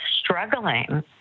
struggling